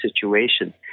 situation